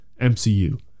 MCU